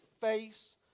face